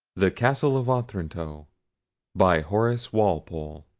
the castle of otranto by horace walpole.